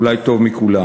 אולי טוב מכולם.